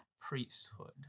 priesthood